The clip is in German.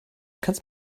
kannst